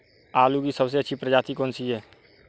आलू की सबसे अच्छी प्रजाति कौन सी है?